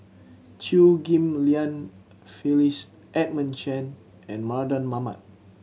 Chew Ghim Lian Phyllis Edmund Chen and Mardan Mamat